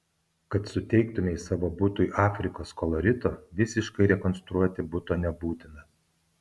kad suteiktumei savo butui afrikos kolorito visiškai rekonstruoti buto nebūtina